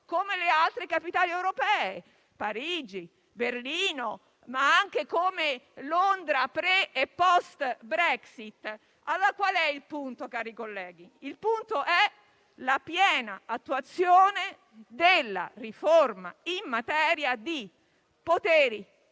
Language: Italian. per le altre capitali europee: Parigi, Berlino, ma anche Londra pre e post Brexit. Qual è il punto, cari colleghi? La piena attuazione della riforma in materia di poteri,